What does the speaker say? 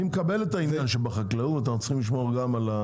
אני מקבל את העניין שבחקלאות אנחנו צריכים לשמור גם על ה